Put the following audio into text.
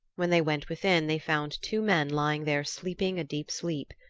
when they went within they found two men lying there sleeping a deep sleep.